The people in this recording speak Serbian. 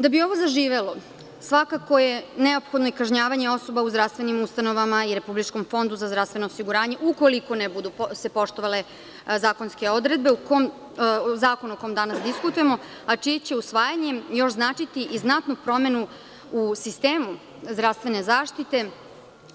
Da bi ovo zaživelo svakako je neophodno kažnjavanje osoba u zdravstvenim ustanovama i RFZO ukoliko se ne budu poštovale zakonske odredbe, mislim na zakon o kome danas diskutujemo, a čije će usvajanje još značiti i znatnu promenu u sistemu zdravstvene zaštite,